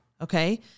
Okay